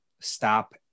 Stop